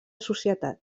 societat